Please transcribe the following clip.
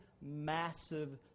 massive